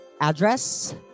address